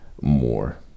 more